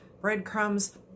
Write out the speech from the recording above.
breadcrumbs